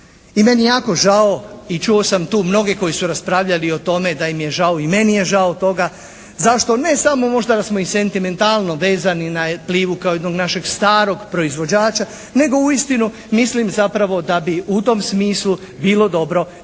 I meni je jako žao i čuo sam tu mnoge koji su raspravljali o tome, da im je žao. I meni je žao toga. Zašto? Ne samo možda da smo i sentimentalno vezani na "Plivu" kao jednog našeg starog proizvođača, nego uistinu mislim zapravo da bi u tom smislu bilo dobro da